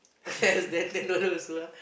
less ten dollar also ah